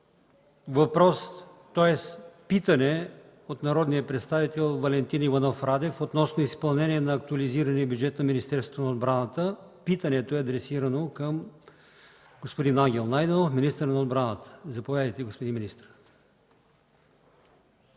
контрол. Следва питане от народния представител Валентин Иванов Радев относно изпълнение на актуализирания бюджет на Министерството на отбраната. То е адресирано към господин Ангел Найденов – министър на отбраната. Заповядайте, господин Радев.